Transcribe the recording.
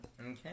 Okay